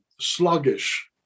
sluggish